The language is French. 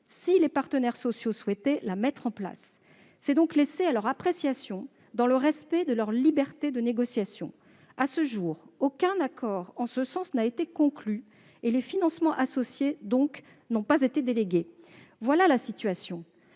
si les partenaires sociaux souhaitaient la mettre en place. Ce point est donc laissé à leur appréciation, dans le respect de leur liberté de négociation. À ce jour, aucun accord en ce sens n'a été conclu, et les financements associés n'ont donc pas été délégués. Voilà quelle